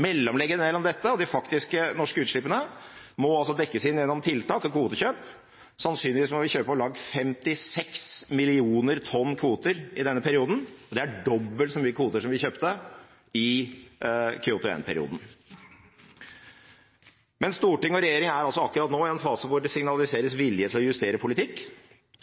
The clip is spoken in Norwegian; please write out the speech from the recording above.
mellom målet og de faktiske norske utslippene må dekkes inn gjennom tiltak og kvotekjøp. Sannsynligvis må vi kjøpe om lag 56 millioner tonn kvoter i denne perioden. Det er dobbelt så mye som vi kjøpte i Kyoto 1-perioden. Men storting og regjering er akkurat nå i en fase hvor det signaliseres vilje til å justere politikk.